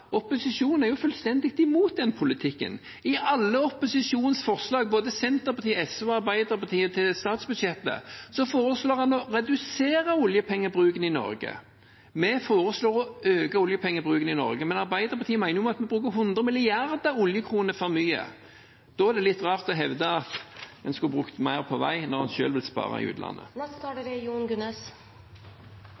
opposisjonen er fullstendig imot den politikken. I alle opposisjonens forslag til statsbudsjett, både Senterpartiets, SVs og Arbeiderpartiets, foreslår en å redusere oljepengebruken i Norge. Vi foreslår å øke oljepengebruken i Norge, mens Arbeiderpartiet mener at vi bruker hundre milliarder oljekroner for mye. Det er litt rart å hevde at en skulle brukt mer på vei når en selv vil spare i utlandet.